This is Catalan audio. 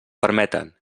permeten